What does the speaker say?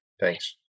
Thanks